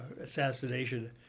assassination